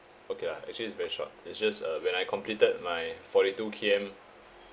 okay lah actually it's very short it's just uh when I completed my forty two K_M